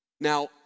Now